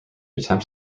attempt